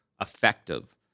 effective